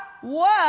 one